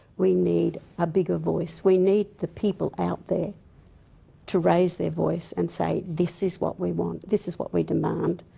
we need a bigger voice. we need the people out there to raise their voice and say, this is what we want. this is what we demand.